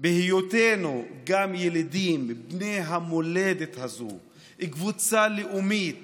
בהיותנו גם ילידים, בני המולדת הזו, קבוצה לאומית